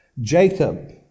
Jacob